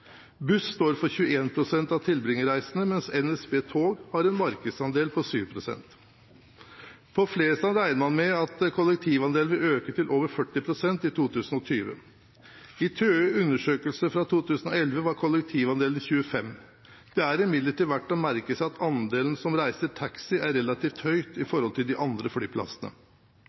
Buss står for 21 pst. av tilbringerreisene, mens NSB Tog har en markedsandel på 7 pst. På Flesland regner man med at kollektivandelen vil øke til over 40 pst. i 2020. I TØIs undersøkelse for 2011 var kollektivandelen 25 pst. Det er imidlertid verdt å merke seg at andelen som reiser med taxi, er relativt høy i